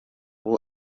ubu